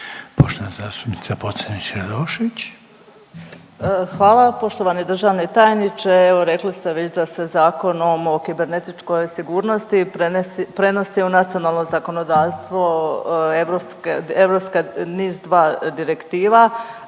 Poštovani državni tajniče. Evo rekli ste već da se Zakonom o kibernetičkoj sigurnosti prenosi u nacionalno zakonodavstvo europska NIS 2 direktiva.